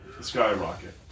skyrocket